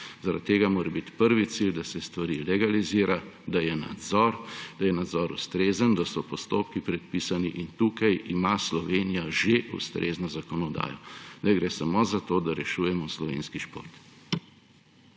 Zaradi tega mora biti prvi cilj, da se stvari legalizirajo, da je nadzor, da je nadzor ustrezen, da so postopki predpisani. Tukaj ima Slovenija že ustrezno zakonodajo. Zdaj gre samo za to, da rešujemo slovenski šport.